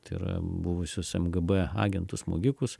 tai yra buvusius mgb agentus smogikus